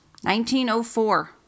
1904